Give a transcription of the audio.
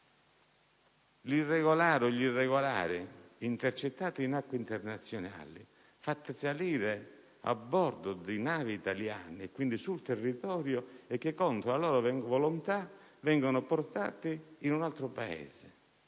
che per gli irregolari intercettati in acque internazionali e fatti salire a bordo di navi italiane, quindi sul territorio italiano, contro la loro volontà e portati in un altro Paese,